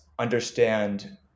understand